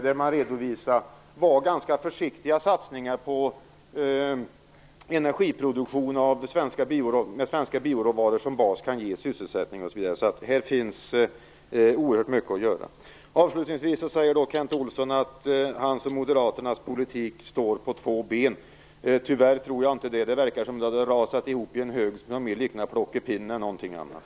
Där redovisade man vad ganska försiktiga satsningar på energiproduktion med svenska bioråvaror som bas kan ge när det gäller sysselsättning. Här finns oerhört mycket att göra. Avslutningsvis säger Kent Olsson att hans och moderaternas politik står på två ben. Tyvärr tror jag inte det. Det verkar som om den hade rasat ihop i en hög och mer liknar plockepinn än något annat.